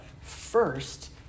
first